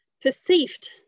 perceived